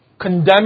condemning